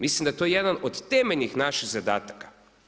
Mislim da je to jedan od temeljnih naših zadataka.